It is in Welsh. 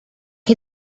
chi